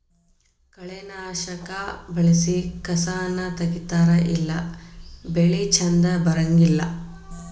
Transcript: ಕಳೆನಾಶಕಾ ಬಳಸಿ ಕಸಾನ ತಗಿತಾರ ಇಲ್ಲಾ ಬೆಳಿ ಚಂದ ಬರಂಗಿಲ್ಲಾ